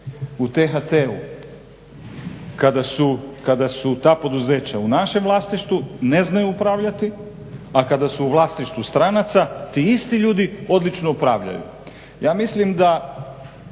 u T-HT-u kada su ta poduzeća u našem vlasništvu ne znaju upravljati, a kada su u vlasništvu stranaca ti isti ljudi odlično upravljaju. Ja mislim da